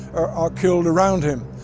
are are killed around him.